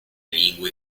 lingue